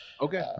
Okay